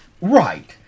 Right